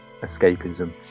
escapism